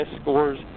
scores